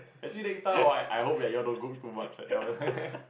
actually next time hor I hope next time you'll dont cook too much I tell her